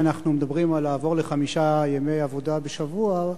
עד שאנחנו מדברים על לעבור לחמישה ימי עבודה בשבוע,